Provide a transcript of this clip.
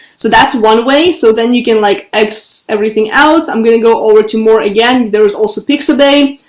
so that's one way so then you can like x, everything else i'm going to go over to more again, there is also pixabay.